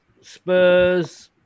Spurs